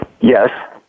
Yes